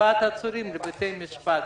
הבאת עצורים לבתי המשפט.